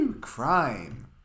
Crime